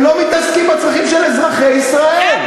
הם לא מתעסקים בצרכים של אזרחי ישראל.